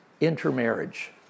intermarriage